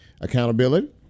accountability